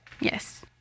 Yes